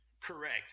Correct